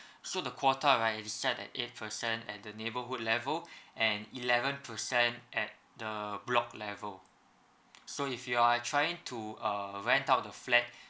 so the quota right is set at eight percent at the neighborhood level and eleven percent at the block level so if you are trying to uh rent out the flat